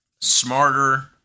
smarter